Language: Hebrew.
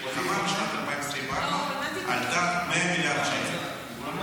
שהם הודיעו שבשנת 2024 המלחמה עלתה 100 מיליארד שקל.